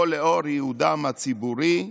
או לאור ייעודם הציבורי,